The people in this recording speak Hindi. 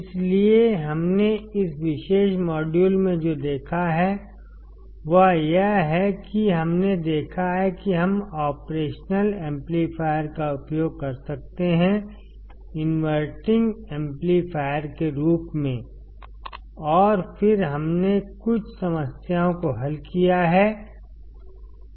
इसलिए हमने इस विशेष मॉड्यूल में जो देखा है वह यह है कि हमने देखा है कि हम ऑपरेशन एम्पलीफायर का उपयोग कर सकते हैं इनवर्टिंग एम्पलीफायर के रूप में और फिर हमने कुछ समस्याओं को हल किया है